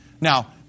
Now